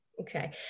Okay